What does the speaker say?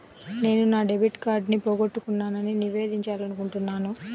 నేను నా డెబిట్ కార్డ్ని పోగొట్టుకున్నాని నివేదించాలనుకుంటున్నాను